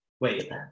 Wait